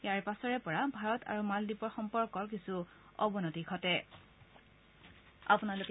ইয়াৰ পাছৰে পৰা ভাৰত আৰু মালদ্বীপৰ সম্পৰ্কৰ কিছু অৱনতি ঘটে